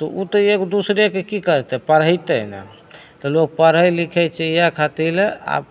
तऽ ओ तऽ एक दूसरेके की करतै पढ़ैतै ने तऽ लोक पढ़ै लिखै छै इहए खातिर लए आब